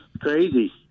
crazy